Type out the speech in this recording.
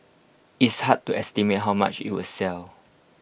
it's hard to estimate how much IT will sell